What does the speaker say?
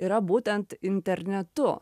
yra būtent internetu